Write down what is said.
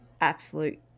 absolute